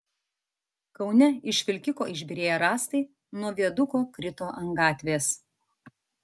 kaune iš vilkiko išbyrėję rąstai nuo viaduko krito ant gatvės